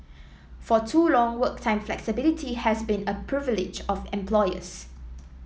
for too long work time flexibility has been a privilege of employers